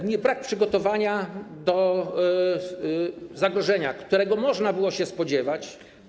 Widzimy brak przygotowania do zagrożenia, którego można było się spodziewać.